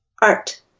art